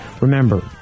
Remember